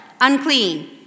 unclean